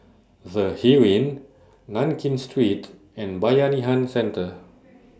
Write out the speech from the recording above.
The Heeren Nankin Street and Bayanihan Centre